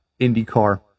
IndyCar